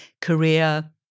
Korea